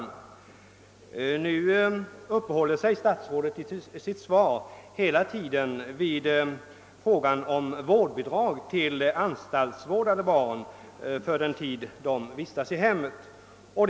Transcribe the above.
Statsrådet uppehåller sig emellertid i sitt svar genomgående vid frågan om vårdbidrag till anstaltsvårdade barn för den tid de vistas i sitt hem.